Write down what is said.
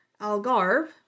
Algarve